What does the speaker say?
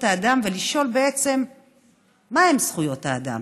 האדם ולשאול בעצם מהן זכויות האדם,